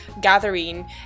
gathering